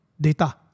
Data